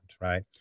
right